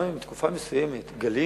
גם אם בתקופה מסוימת גלינו